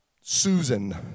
Susan